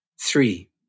Three